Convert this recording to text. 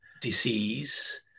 disease